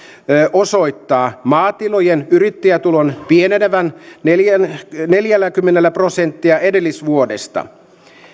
osoittaa maatilojen yrittäjätulon pienenevän neljäkymmentä neljäkymmentä prosenttia edellisvuodesta